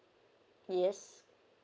yes